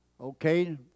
Okay